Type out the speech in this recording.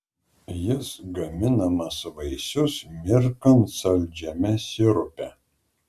jis gaminamas vaisius mirkant saldžiame sirupe